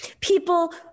people